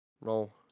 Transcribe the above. Roll